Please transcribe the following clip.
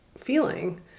feeling